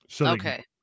okay